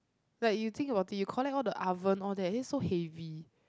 like you think about it you collect all the oven all that then it's so heavy